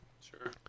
Sure